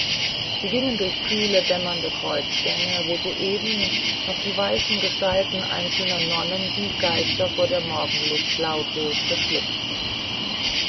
sie gingen durch kühle dämmernde kreuzgänge wo soeben noch die weißen gestalten einzelner nonnen wie geister vor der morgenluft lautlos